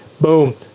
boom